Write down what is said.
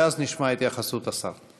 ואז נשמע את התייחסות השר.